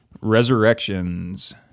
Resurrections